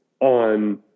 on